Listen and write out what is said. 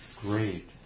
great